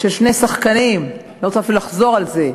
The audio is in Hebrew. של שני שחקנים, אני לא רוצה אפילו לחזור על זה,